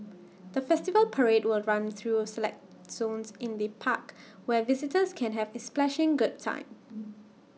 the festival parade will run through select zones in the park where visitors can have A splashing good time